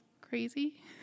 crazy